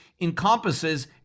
encompasses